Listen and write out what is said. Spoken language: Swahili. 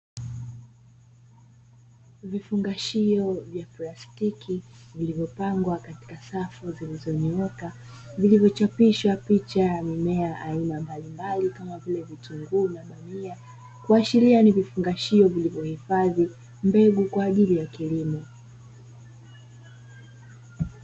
Vifungashio vya plastiki vilivyopangwa katika Safu zilizonyooka, vilivyochapisha picha ya mimea ya aina mbalimbali Kama vile vitunguu na bamia, kuashiria ni vifungashio vilivyohifadhi mbegu kwa ajili ya kilimo.